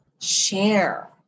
share